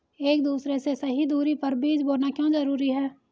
एक दूसरे से सही दूरी पर बीज बोना क्यों जरूरी है?